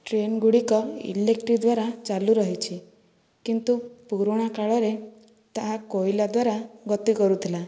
train ଗୁଡ଼ିକ electric ଦ୍ୱାରା ଚାଲୁ ରହିଛି କିନ୍ତୁ ପୁରୁଣା କାଳରେ ତାହା କୋଇଲା ଦ୍ୱାରା ଗତି କରୁଥିଲା